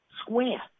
square